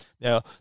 Now